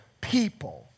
people